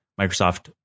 Microsoft